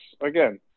again